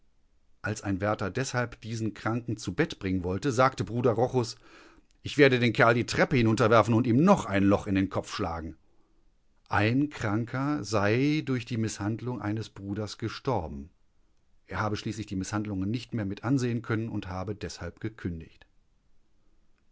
als ein wärter deshalb diesen kranken zu bett bringen wollte sagte bruder rochus ich werde den kerl die treppe hinunterwerfen und ihm noch ein loch in den kopf schlagen ein kranker sei durch die mißhandlung eines bruders gestorben er habe schließlich die mißhandlungen nicht mehr mit ansehen können und habe deshalb gekündigt